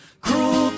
Cruel